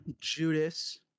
judas